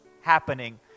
happening